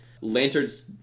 lanterns